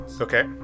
Okay